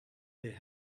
they